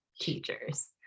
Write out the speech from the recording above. teachers